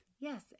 Yes